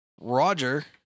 Roger